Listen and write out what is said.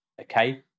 okay